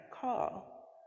call